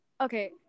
okay